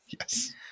yes